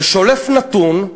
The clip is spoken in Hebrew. ושולף נתון,